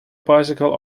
bicycle